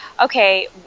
okay